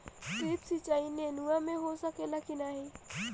Drip सिंचाई नेनुआ में हो सकेला की नाही?